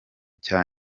cya